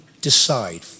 decide